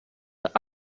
zijn